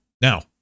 Now